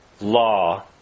law